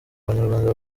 abanyarwanda